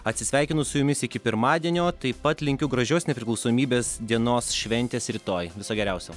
atsisveikinus su jumis iki pirmadienio taip pat linkiu gražios nepriklausomybės dienos šventės rytoj viso geriausio